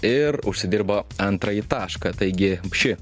ir užsidirba antrąjį tašką taigi ši